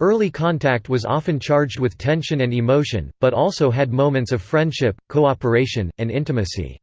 early contact was often charged with tension and emotion, but also had moments of friendship, cooperation, and intimacy.